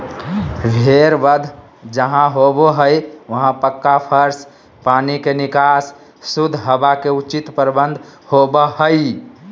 भेड़ वध जहां होबो हई वहां पक्का फर्श, पानी के निकास, शुद्ध हवा के उचित प्रबंध होवअ हई